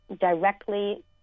directly